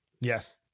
Yes